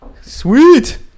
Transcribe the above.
sweet